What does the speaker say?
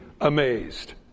amazed